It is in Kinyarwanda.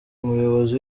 umuyobozi